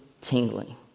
tingling